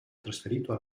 trasferito